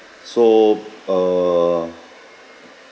so err